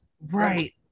Right